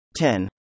10